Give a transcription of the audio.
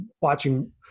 watching